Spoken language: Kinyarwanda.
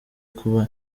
kuba